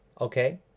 okay